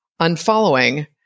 unfollowing